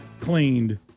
cleaned